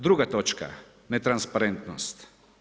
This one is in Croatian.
Druga točka netransparentnost.